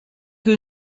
que